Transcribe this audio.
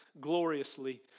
gloriously